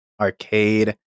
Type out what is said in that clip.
arcade